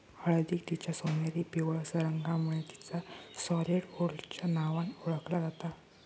हळदीक तिच्या सोनेरी पिवळसर रंगामुळे तिका सॉलिड गोल्डच्या नावान ओळखला जाता